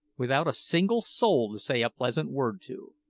without a single soul to say a pleasant word to.